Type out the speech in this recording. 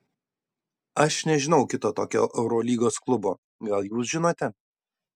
aš nežinau kito tokio eurolygos klubo gal jūs žinote